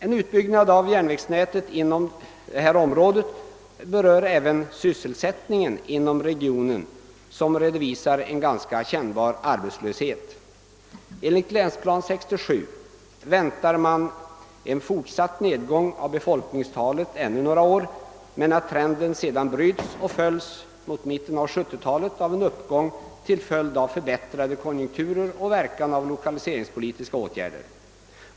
En utbyggnad av järnvägsnätet inom detta område påverkar även sysselsättningen inom regionen, som redovisar en ganska kännbar arbetslöshet. Enligt länsplan 67 väntas en fortsatt nedgång av befolkningstalet ännu några år, men man förutsätter att trenden sedan brytes för att mot mitten av 1970-talet följas av en uppgång på grund av förbättrade konjunkturer och verkningar av lokaliseringspolitiska åtgärder.